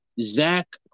Zach